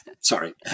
sorry